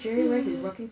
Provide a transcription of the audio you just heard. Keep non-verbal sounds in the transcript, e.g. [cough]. [noise]